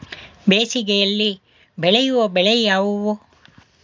ಬೇಸಿಗೆಯಲ್ಲಿ ಬೆಳೆಯುವ ಬೆಳೆ ಯಾವುದು?